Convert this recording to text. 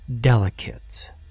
delicate